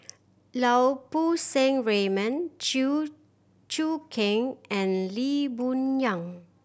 Lau Poo Seng Raymond Chew Choo Keng and Lee Boon Yang